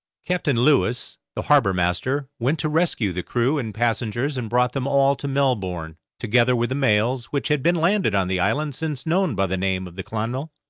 captain lewis, the harbour master, went to rescue the crew and passengers and brought them all to melbourne, together with the mails, which had been landed on the island since known by the name of the clonmel.